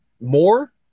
More